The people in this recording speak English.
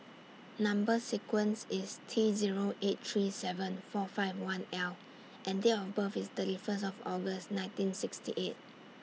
Number sequence IS T Zero eight three seven four five one L and Date of birth IS thirty First of August nineteen sixty eight